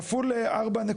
נגיד 26. כפול 4.2?